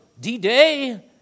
D-Day